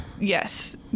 yes